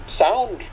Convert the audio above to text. sound